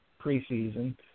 preseason